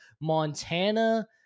Montana